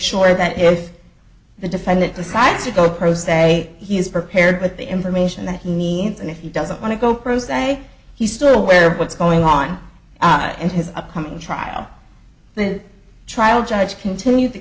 sure that if the defendant decides to go pro se he is prepared with the information that he needs and if he doesn't want to go pro se he's still aware of what's going on out and his upcoming trial the trial judge continued the